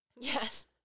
yes